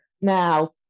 now